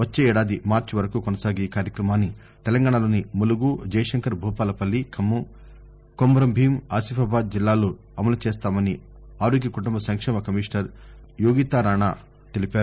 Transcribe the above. వచ్చే ఏడాది మార్చి వరకు కొనసాగే ఈ కార్యక్రమాన్ని తెలంగాణలోని ములుగు జయశంకర్ భూపాలపల్లి ఖమ్మం కుమంభీం అసిఫాబాద్ జిల్లాల్లో అమలు చేస్తామని ఆరోగ్య కుటుంబ సంక్షేమ కమీషనర్ యోగితారాణా తెలిపారు